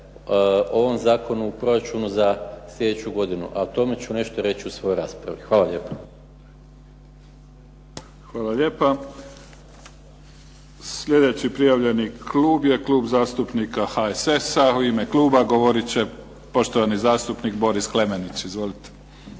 ovom Zakonu u proračunu za sljedeću godinu, a o tome ću nešto reći u svojoj raspravi. Hvala lijepo. **Mimica, Neven (SDP)** Hvala lijepa. Sljedeći prijavljeni klub je Klub zastupnika HSS-a, u ime Kluba govorit će poštovani zastupnik Boris KLemenić. Izvolite.